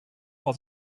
for